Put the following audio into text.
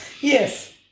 Yes